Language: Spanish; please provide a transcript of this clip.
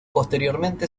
posteriormente